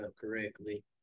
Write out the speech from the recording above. correctly